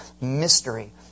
Mystery